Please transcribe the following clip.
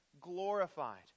glorified